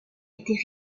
était